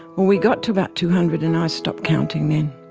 well, we got to about two hundred and i stopped counting then.